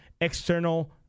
external